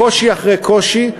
קושי אחרי קושי,